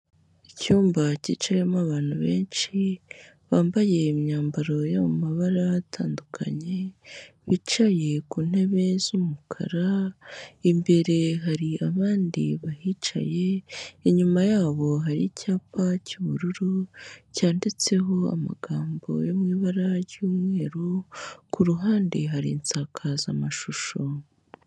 Icyumba cyicayemo abantu benshi, bambaye imyambaro yo mu mabara atandukanye, bicaye ku ntebe z'umukara, imbere hari abandi bahicaye, inyuma yabo hari icyapa cy'ubururu cyanditseho amagambo yo mu ibara ry'umweru, ku ruhande hari insakazamashusho.